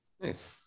Nice